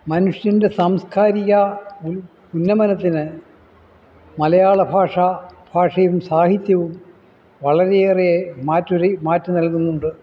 മനുഷ്യൻ്റെ സാംസ്കാരിക ഉന്നമനത്തിന് മലയാള ഭാഷ ഭാഷയും സാഹിത്യവും വളരെയേറെ മാറ്റുരി മാറ്റ് നൽകുന്നുണ്ട്